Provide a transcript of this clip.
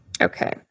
Okay